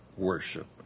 worship